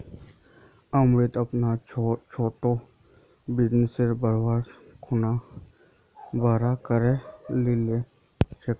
अमित अपनार छोटो बिजनेसक बढ़ैं खुना बड़का करे लिलछेक